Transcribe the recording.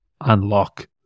unlock